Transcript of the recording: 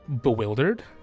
bewildered